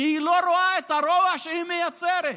שהיא לא רואה את הרוע שהיא מייצרת.